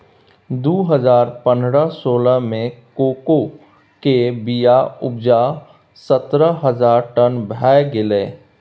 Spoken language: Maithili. दु हजार पनरह सोलह मे कोको केर बीयाक उपजा सतरह हजार टन भए गेलै